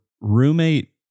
roommate